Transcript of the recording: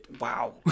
Wow